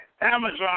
Amazon